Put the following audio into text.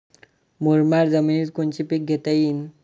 मुरमाड जमिनीत कोनचे पीकं घेता येईन?